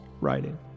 writing